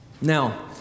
Now